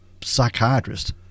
Psychiatrist